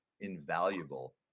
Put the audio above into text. invaluable